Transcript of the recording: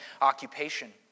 occupation